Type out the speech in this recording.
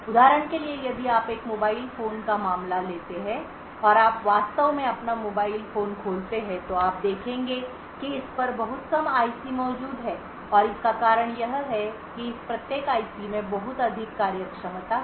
उदाहरण के लिए यदि आप एक मोबाइल फोन का मामला लेते हैं और आप वास्तव में अपना मोबाइल फोन खोलते हैं तो आप देखेंगे कि इस पर बहुत कम आईसी मौजूद हैं और इसका कारण यह है कि इस प्रत्येक आईसी में बहुत अधिक कार्यक्षमता है